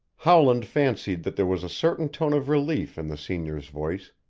howland fancied that there was a certain tone of relief in the senior's voice,